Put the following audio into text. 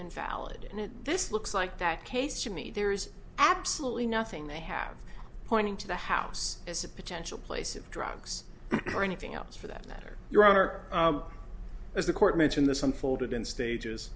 invalid and this looks like that case to me there is absolutely nothing they have pointing to the house as a potential place of drugs or anything else for that matter your honor as the court mentioned this unfolded in stages